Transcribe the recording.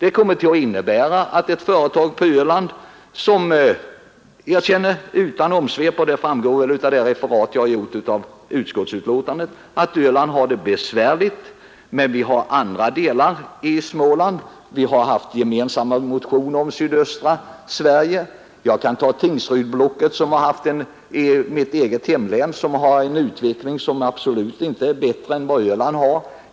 Att företag har det besvärligt på Öland känner jag till — det framgår av det referat som jag gjort av utskottsbetänkandet. Men vi har andra delar som har det besvärligt — i Småland t.ex. — och vi har haft gemensamma motioner om sydöstra Sverige. Jag kan nämna Tingsrydsblocket i mitt eget hemlän som har en utveckling som absolut inte är bättre än Ölands.